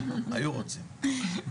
היו רוצים.